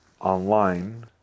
online